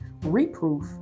reproof